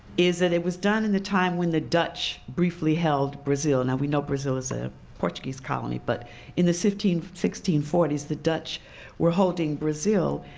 is that it was done in the time when the dutch briefly held brazil. now we know brazil is a portuguese colony, but in the sixteen sixteen forty s the dutch were holding brazil.